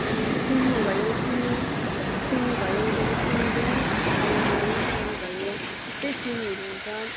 अनि सिमी भयो सिमी सिमी भयो त्यहाँ नि सिमी पनि पकाएँ मैले सिमी भयो यस्तै सिमीहरू हुन्छ